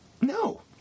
No